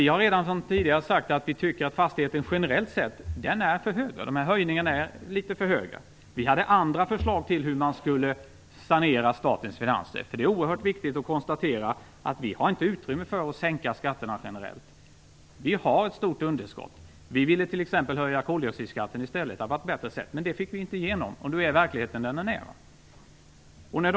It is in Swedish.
Vi har redan tidigare sagt att vi tycker att fastighetsskatten generellt sett är för hög. De här höjningarna är litet för höga. Vi hade andra förslag till hur man skulle kunna sanera statens finanser. Det är oerhört viktigt att konstatera att vi inte har utrymme för att sänka skatterna generellt. Vi har ett stort underskott. Vi ville t.ex. höja koldioxidskatten i stället. Det hade varit ett bättre sätt, men det fick vi inte igenom. Nu ser verkligheten ut som den gör.